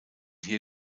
hier